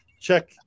Check